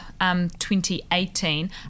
2018